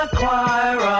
choir